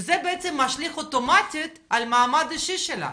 וזה בעצם משליך אוטומטית על מעמד האישי שלה.